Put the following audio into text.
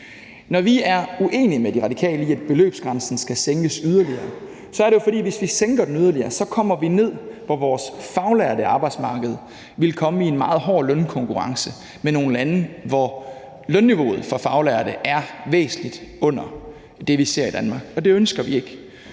Når vi er uenige med De Radikale i, at beløbsgrænsen skal sænkes yderligere, så er det jo, fordi hvis vi sænker den yderligere, så vil vores faglærte arbejdsmarked komme i en meget hård lønkonkurrence med nogle lande, hvor lønniveauet for faglærte er væsentlig under det, vi ser i Danmark, og det ønsker vi ikke.